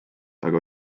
aga